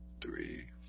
three